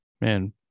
Man